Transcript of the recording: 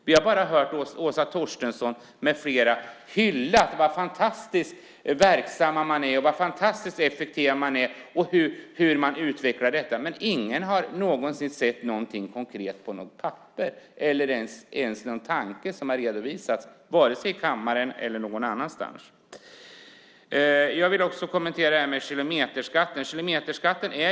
Vi har bara hört Åsa Torstensson med flera hylla hur fantastiskt verksam man är och hur fantastiskt effektiv man är och hur man utvecklar detta. Men ingen har någonsin sett någonting konkret på något papper, och inte ens någon tanke har redovisats vare sig i kammaren eller någon annanstans. Jag vill också kommentera frågan om kilometerskatten.